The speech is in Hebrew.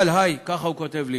אבל היי, ככה הוא כותב לי